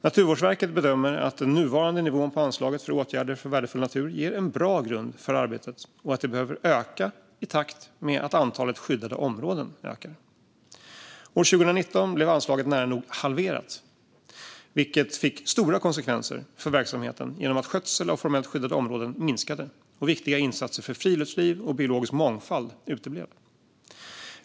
Naturvårdsverket bedömer att den nuvarande nivån på anslaget för åtgärder för värdefull natur ger en bra grund för arbetet och att det behöver öka i takt med att antalet skyddade områden ökar. År 2019 blev anslaget nära nog halverat, vilket fick stora konsekvenser för verksamheten genom att skötsel av formellt skyddade områden minskade och viktiga insatser för friluftsliv och biologisk mångfald uteblev.